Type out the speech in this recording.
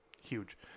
huge